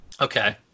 Okay